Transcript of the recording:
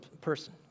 person